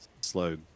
slow